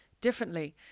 differently